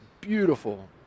beautiful